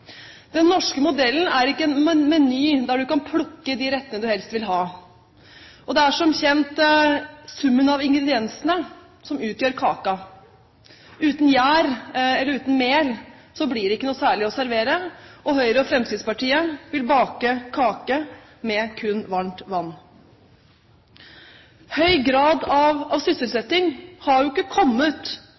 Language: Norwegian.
den praktiske politikken. Den norske modellen er ikke en meny der du kan plukke de rettene du helst vil ha. Det er som kjent summen av ingrediensene som utgjør kaken. Uten gjær eller uten mel blir det ikke noe særlig å servere, og Høyre og Fremskrittspartiet vil bake kake med kun varmt vann. Høy grad av sysselsetting har ikke kommet